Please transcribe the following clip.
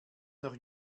noch